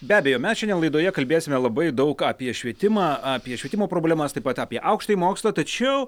be abejo mes šiandien laidoje kalbėsime labai daug apie švietimą apie švietimo problemas taip pat apie aukštąjį mokslą tačiau